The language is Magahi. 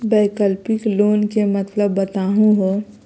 वैकल्पिक लोन के मतलब बताहु हो?